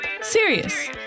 serious